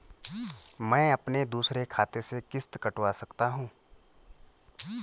मैं अपने दूसरे खाते से किश्त कटवा सकता हूँ?